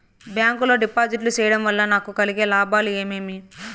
Bank లో డిపాజిట్లు సేయడం వల్ల నాకు కలిగే లాభాలు ఏమేమి?